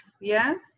Yes